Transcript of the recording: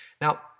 Now